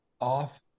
off